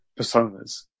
personas